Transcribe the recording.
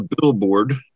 billboard